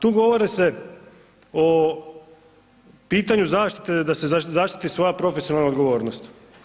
Tu govore se o pitanju zaštite da se zaštiti svoja profesionalna odgovornost.